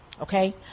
Okay